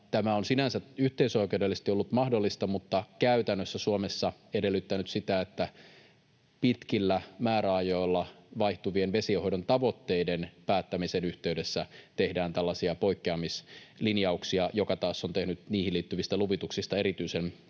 tämä on sinänsä yhteisöoikeudellisesti ollut mahdollista mutta käytännössä Suomessa edellyttänyt sitä, että pitkillä määräajoilla vaihtuvien vesienhoidon tavoitteiden päättämisen yhteydessä tehdään tällaisia poikkeamislinjauksia, mikä taas on tehnyt niihin liittyvistä luvituksista erityisen